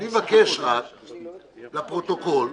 אני מבקש, לפרוטוקול,